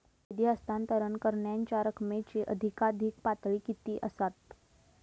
निधी हस्तांतरण करण्यांच्या रकमेची अधिकाधिक पातळी किती असात?